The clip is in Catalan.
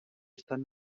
estan